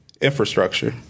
infrastructure